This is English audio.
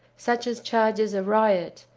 such as charges of riot,